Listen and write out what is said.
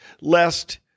lest